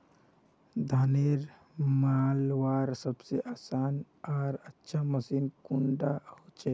धानेर मलवार सबसे आसान आर अच्छा मशीन कुन डा होचए?